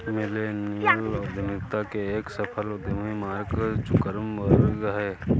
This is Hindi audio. मिलेनियल उद्यमिता के एक सफल उद्यमी मार्क जुकरबर्ग हैं